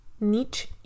niche